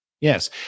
Yes